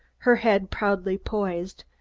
her head proudly poised,